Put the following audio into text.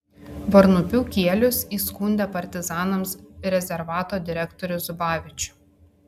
varnupių kielius įskundė partizanams rezervato direktorių zubavičių